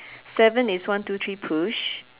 seven is one two three push